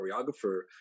choreographer